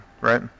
right